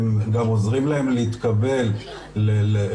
הם גם עוזרים להן להתקבל לתואר.